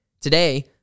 Today